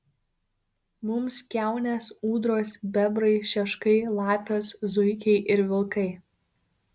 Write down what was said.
mums kiaunės ūdros bebrai šeškai lapės zuikiai ir vilkai